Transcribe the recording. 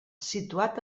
situat